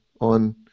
on